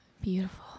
Beautiful